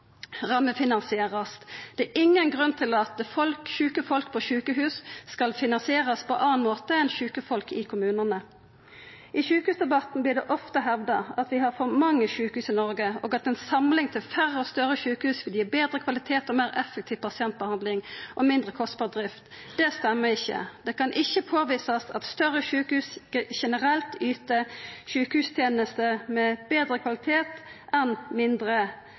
rammefinansierast. Det er ingen grunn til at når det gjeld sjuke folk på sjukehus, så skal det finansierast på annan måte enn når det gjeld sjuke folk i kommunane. I sjukehusdebatten vert det ofte hevda at vi har for mange sjukehus i Noreg, og at ei samling til færre og større sjukehus vil gi betre kvalitet og meir effektiv pasientbehandling og mindre kostbar drift. Det er ikkje rett. Det kan ikkje påvisast at større sjukehus generelt yter sjukehustenester med betre kvalitet enn mindre